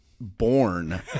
born